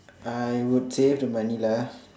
I would save the money lah